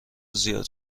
زیاد